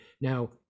now